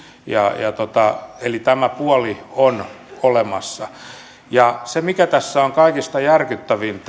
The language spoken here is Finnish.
eli tämä puoli on olemassa se mikä tässä on kaikista järkyttävintä